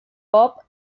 pop